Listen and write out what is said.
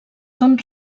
són